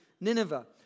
Nineveh